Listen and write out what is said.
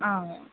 ఆ